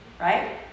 right